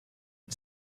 and